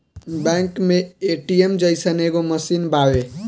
bank मे ATM जइसन एगो मशीन बावे